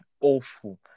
awful